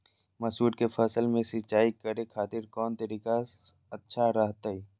मसूर के फसल में सिंचाई करे खातिर कौन तरीका अच्छा रहतय?